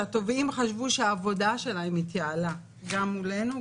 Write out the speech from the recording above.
שהתובעים חשבו שהעבודה שלהם התייעלה גם מולנו,